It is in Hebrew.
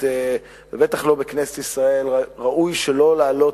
ובטח בכנסת ישראל ראוי שלא להעלות,